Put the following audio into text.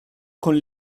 con